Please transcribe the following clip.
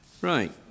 Right